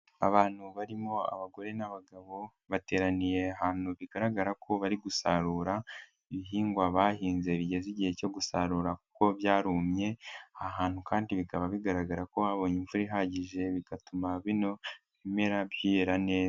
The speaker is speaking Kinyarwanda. Abantu barimo abagore n'abagabo bateraniye ahantu bigaragara ko bari gusarura ibihingwa bahinze bigeze igihe cyo gusarura kuko byarumye, ahantu kandi bikaba bigaragara ko babonye imvura ihagije bigatuma bino bimera byera neza.